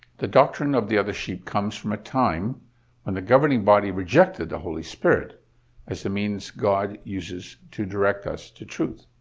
the doctrine of the other sheep comes from a time when the governing body rejected the holy spirit as the means god uses to direct us to truth.